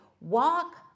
walk